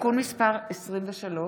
(תיקון מס' 23),